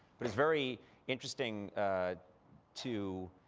but it's very interesting too,